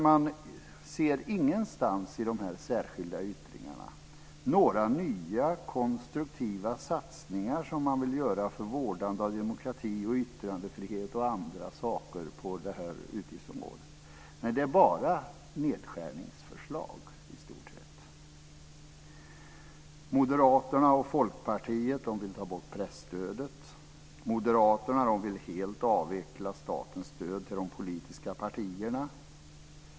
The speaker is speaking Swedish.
Man ser ingenstans i de särskilda yttrandena några nya konstruktiva satsningar som man vill göra för vårdande av demokrati, yttrandefrihet och annat på det här utgiftsområdet. Nej, det är i stort sett bara nedskärningsförslag. Moderaterna och Folkpartiet vill ta bort presstödet. Moderaterna vill helt avveckla statens stöd till de politiska partierna.